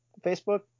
Facebook